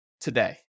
today